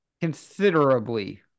Considerably